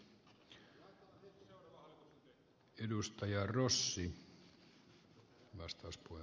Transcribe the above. arvoisa herra puhemies